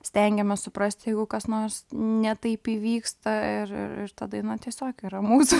stengiamės suprasti jeigu kas nors ne taip įvyksta ir ir ta daina tiesiog yra mūsų